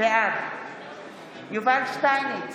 בעד יובל שטייניץ,